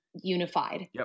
unified